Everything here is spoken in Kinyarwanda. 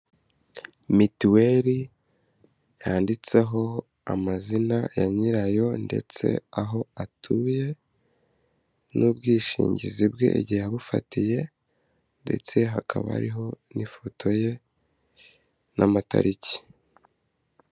Mitiweli yanditseho amazina ya nyirayo ndetse aho atuye, n'ubwishingizi bwe igihe yabufatiye ndetse hakaba ariho n'ifoto ye n'amatariki.